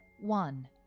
one